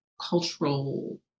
cultural